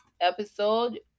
episode